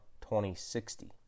2060